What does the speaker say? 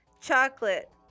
chocolate